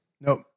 Nope